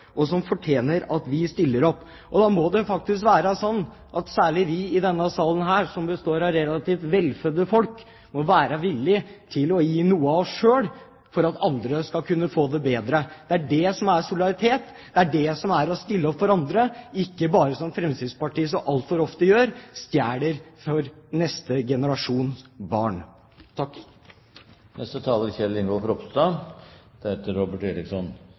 og som fortjener at vi stiller opp. Da må det faktisk være sånn at særlig vi i denne salen, som består av relativt velfødde folk, må være villig til å gi noe av oss selv for at andre skal kunne få det bedre. Det er det som er solidaritet. Det er det som er å stille opp for andre – ikke bare som Fremskrittspartiet så altfor ofte gjør: stjeler fra neste generasjons barn.